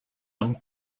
young